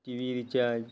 TV recharge